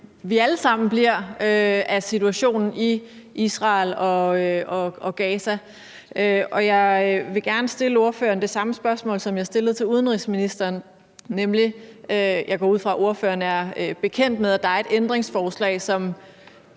sammen bliver af situationen i Israel og Gaza. Jeg vil gerne stille ordføreren det samme spørgsmål, som jeg stillede til udenrigsministeren. Jeg går ud fra, at ordføreren er bekendt med, at der er et ændringsforslag,